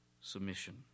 submission